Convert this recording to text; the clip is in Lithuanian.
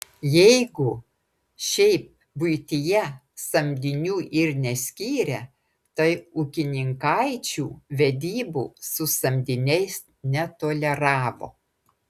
jeigu šiaip buityje samdinių ir neskyrę tai ūkininkaičių vedybų su samdiniais netoleravo